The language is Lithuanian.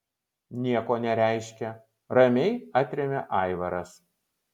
nieko nereiškia ramiai atremia aivaras